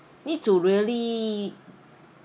need to really